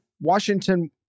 Washington